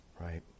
right